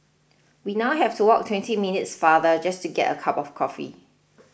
we now have to walk twenty minutes farther just to get a cup of coffee